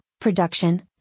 production